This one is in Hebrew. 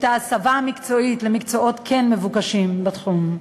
את ההסבה המקצועית למקצועות מבוקשים בתחום.